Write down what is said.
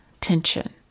Tension